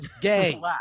gay